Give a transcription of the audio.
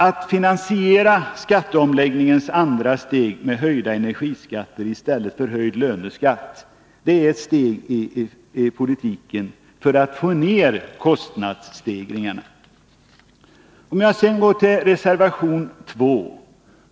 Att finansiera skatteomläggningens andra steg med höjda energiskatter i stället för höjd löneskatt är ett steg i politiken för att få ned kostnadsstegringarna. Låt mig sedan gå till reservation 2.